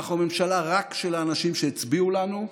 אנחנו ממשלה רק של אנשים שהצביעו לנו,